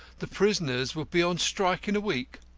the prisoners would be on strike in a week.